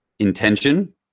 Intention